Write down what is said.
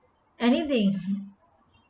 anything